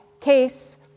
case